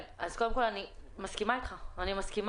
אני מסכימה אתך.